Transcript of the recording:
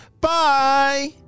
Bye